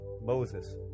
Moses